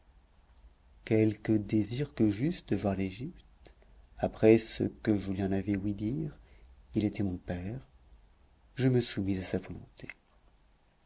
quelque désir que j'eusse de voir l'égypte après ce que je lui en avais ouï dire il était mon père je me soumis à sa volonté